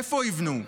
איפה יבנו,